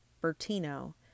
Bertino